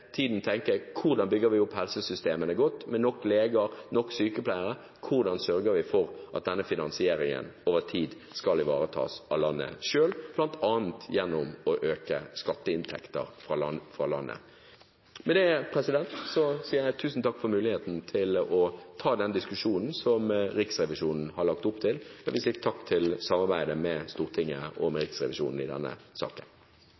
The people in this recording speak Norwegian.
hvordan vi bygger opp helsesystemene godt, med nok leger og nok sykepleiere, og hvordan vi sørger for at denne finansieringen over tid skal ivaretas av landet selv, bl.a. gjennom å øke skatteinntekter fra landet. Med dette sier jeg tusen takk for muligheten til å ta denne diskusjonen som Riksrevisjonen har lagt opp til. Jeg vil si takk til samarbeidet med Stortinget og med Riksrevisjonen i denne saken.